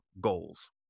goals